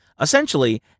Essentially